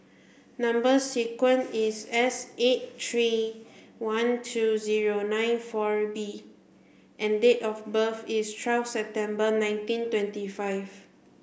number sequence is S eight three one two zero nine four B and date of birth is twelve September nineteen twenty five